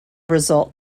result